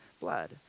blood